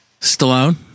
Stallone